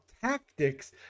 tactics